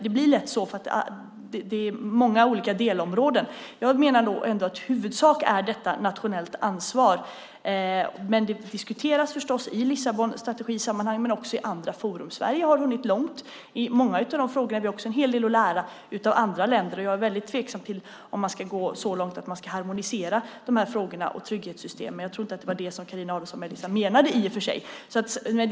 Det blir lätt så eftersom det finns många delområden. Jag menar att detta i huvudsak är ett nationellt ansvar, men det diskuteras förstås i Lissabonstrategisammanhang och också i andra forum. Sverige har hunnit långt i många av dessa frågor, men vi har också en hel del att lära av andra länder. Jag är mycket tveksam till att man ska gå så långt som till att harmonisera de här frågorna och trygghetssystemen. Jag tror i och för sig inte att det var det som Carina Adolfsson Elgestam menade.